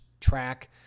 track